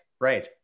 Right